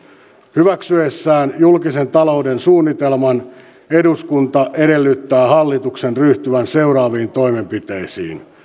hyväksyessään julkisen talouden suunnitelman eduskunta edellyttää hallituksen ryhtyvän seuraaviin toimenpiteisiin